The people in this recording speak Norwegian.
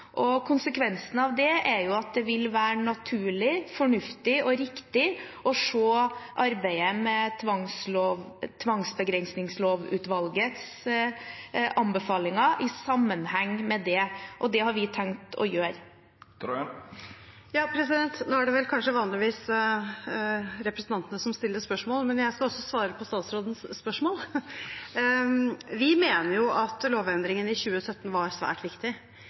av det er at det vil være naturlig, fornuftig og riktig å se arbeidet med tvangsbegrensningslovutvalgets anbefalinger i sammenheng med det, og det har vi tenkt å gjøre. Nå er det vel vanligvis representantene som stiller spørsmål, men jeg skal svare på statsrådens spørsmål. Vi mener at lovendringen i 2017 var svært viktig.